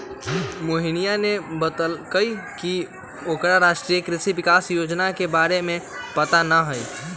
मोहिनीया ने बतल कई की ओकरा राष्ट्रीय कृषि विकास योजना के बारे में पता ना हई